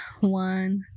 one